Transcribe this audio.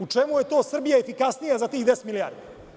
U čemu je to Srbija efikasnija za tih 10 milijardi?